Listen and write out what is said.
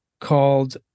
called